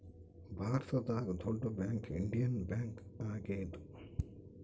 ಭಾರತದಾಗ ದೊಡ್ಡ bank Indian Bank ಆಗ್ಯಾದ